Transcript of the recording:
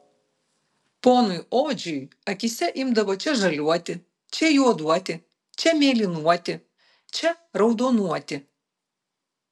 ponui odžiui akyse imdavo čia žaliuoti čia juoduoti čia mėlynuoti čia raudonuoti